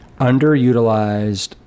underutilized